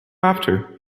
after